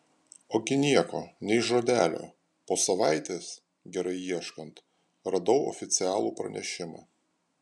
ogi nieko nei žodelio po savaitės gerai ieškant radau oficialų pranešimą